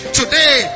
today